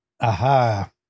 Aha